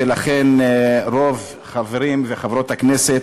ולכן רוב חברי וחברות הכנסת